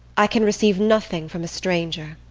i can receive nothing from a stranger.